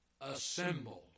assembled